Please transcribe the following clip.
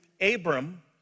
Abram